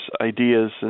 ideas